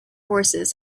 horses